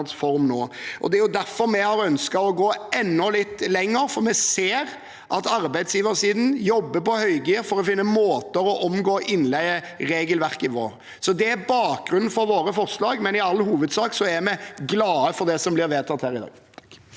Det er derfor vi har ønsket å gå enda litt lenger, for vi ser at arbeidsgiversiden jobber på høygir for å finne måter å omgå innleieregelverket på. Det er bakgrunnen for våre forslag, men i all hovedsak er vi glad for det som blir vedtatt her i dag.